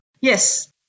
Yes